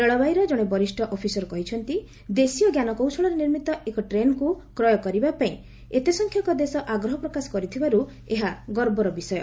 ରେଳବାଇର ଜଣେ ବରିଷ ଅଫିସର କହିଛନ୍ତି ଦେଶୀୟ ଞ୍ଜାନ କୌଶଳରେ ନିର୍ମିତ ଏକ ଟ୍ରେନ୍କୁ କ୍ରୟ କରିବା ପାଇଁ ଏତେସଂଖ୍ୟକ ଦେଶ ଆଗ୍ରହ ପ୍ରକାଶ କରିଥିବାରୁ ଏହା ଗର୍ବର ବିଷୟ